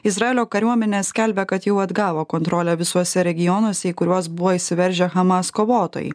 izraelio kariuomenė skelbia kad jau atgavo kontrolę visuose regionuose į kuriuos buvo įsiveržę hamas kovotojai